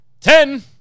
ten